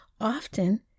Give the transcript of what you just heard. Often